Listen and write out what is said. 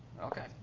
Okay